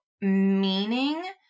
meaning